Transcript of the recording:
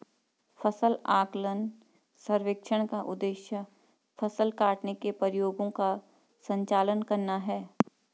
फसल आकलन सर्वेक्षण का उद्देश्य फसल काटने के प्रयोगों का संचालन करना है